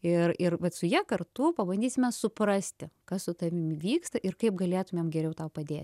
ir ir vat su ja kartu pabandysime suprasti kas su tavimi vyksta ir kaip galėtumėm geriau tau padėti